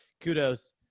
kudos